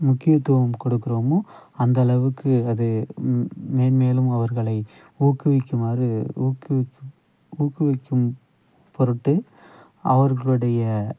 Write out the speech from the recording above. முக்கியத்துவம் கொடுக்கறோமோ அந்தளவுக்கு அது மேன்மேலும் அவர்களை ஊக்குவிக்குமாறு ஊக்குவிக்கும் ஊக்குவிக்கும் பொருட்டு அவர்களுடைய